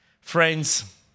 Friends